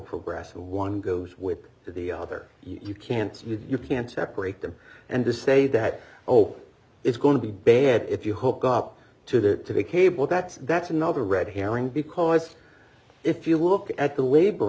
progress one goes with the other you can't you can't separate them and to say that oh it's going to be bad if you hook up to the cable that's that's another red herring because if you look at the labor